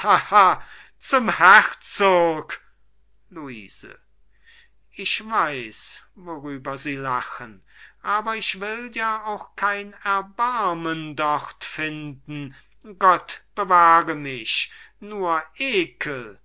zum herzog luise ich weiß worüber sie lachen aber ich will ja auch kein erbarmen dort finden gott bewahre mich nur ekel ekel